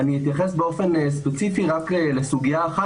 אתייחס באופן ספציפי רק לסוגיה אחת